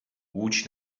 łódź